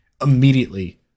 immediately